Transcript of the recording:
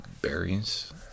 berries